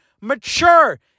mature